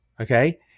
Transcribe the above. okay